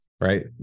right